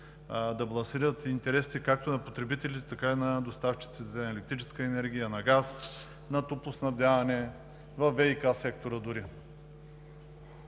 да балансират интересите както на потребителите, така и на доставчиците на електрическа енергия, на газ, на топлоснабдяване, във ВиК сектора дори.